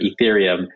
Ethereum